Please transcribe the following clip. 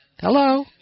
Hello